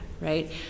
right